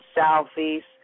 southeast